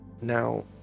Now